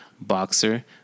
boxer